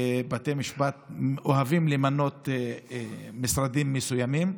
בתי משפט אוהבים למנות משרדים מסוימים.